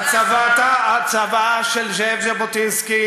הצוואה של זאב ז'בוטינסקי